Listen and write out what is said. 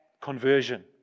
conversion